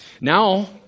Now